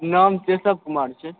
नाम केशब कुमार छै